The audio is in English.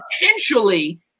potentially